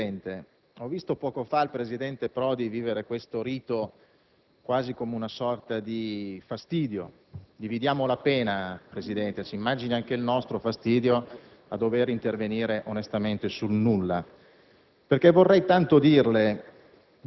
Signor Presidente, ho visto poco fa il presidente Prodi vivere questo rito quasi con una sorta di fastidio: dividiamo la pena, signor Presidente, si immagini il nostro fastidio a dover intervenire, onestamente, sul nulla.